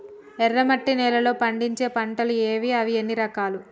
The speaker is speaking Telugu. ఎర్రమట్టి నేలలో పండించే పంటలు ఏవి? అవి ఎన్ని రకాలు?